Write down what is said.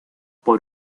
por